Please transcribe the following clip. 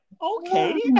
okay